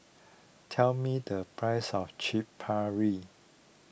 tell me the price of Chaat Papri